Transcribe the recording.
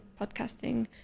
podcasting